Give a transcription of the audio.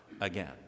again